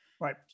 right